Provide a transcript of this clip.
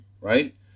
right